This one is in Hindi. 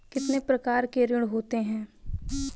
कितने प्रकार के ऋण होते हैं?